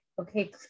okay